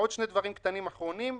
עוד שני דברים קטנים אחרונים.